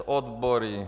Odbory!